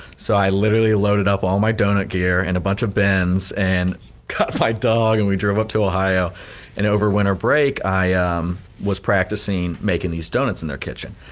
so i literally loaded up all my donut gear and a bunch of bins and cut my dog and we drove up to ohio and over winter break, i was practicing making these donuts in their kitchen.